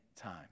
time